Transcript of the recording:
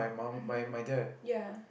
mmhmm ya